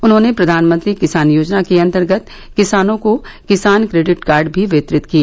उन्होंने प्रधानमंत्री किसान योजना के अंतर्गत किसानों को किसान क्रेडिट कार्ड भी वितरित किए